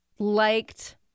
Liked